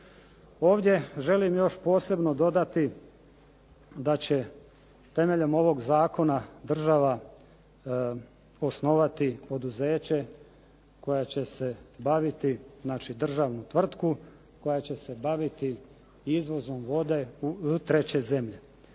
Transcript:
Ovdje želim još posebno dodati da će temeljem ovog zakona država osnovati poduzeće koja će se baviti, znači državnu tvrtku, koja će se baviti izvozom vode u treće zemlje.